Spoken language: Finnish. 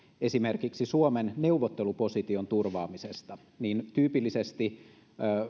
esimerkiksi suomen neuvotteluposition turvaamisesta niin tyypillisesti